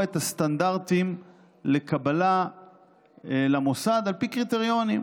את הסטנדרטים לקבלה למוסד על פי קריטריונים.